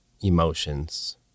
emotions